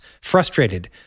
frustrated